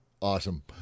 Awesome